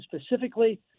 specifically